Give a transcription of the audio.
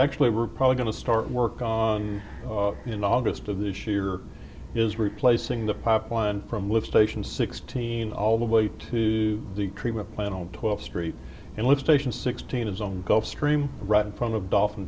actually we're probably going to start work on in august of this year is replacing the pipeline from live station sixteen all the way to the treatment plant on twelfth street and let station sixteen is on gulf stream right in front of dolphin